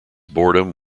boredom